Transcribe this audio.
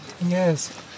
Yes